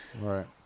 Right